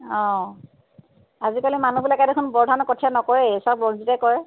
অঁ আজিকালি মনুহবিলাকে দেখোন বৰধানৰ কঠীয়া নকৰেই চব ৰঞ্জিতে কৰে